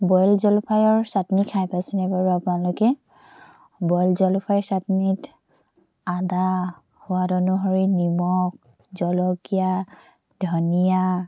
boil জলফাইৰ চাটনি খাই পাইছেনে বাৰু আপোনালোকে বইল জলফাইৰ চাটনিত আদা সোৱাদ অনুসৰি নিমখ জলকীয়া ধনিয়া